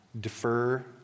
Defer